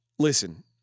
Listen